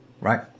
right